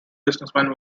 businessman